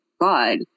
God